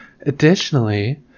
Additionally